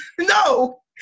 no